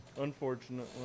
Unfortunately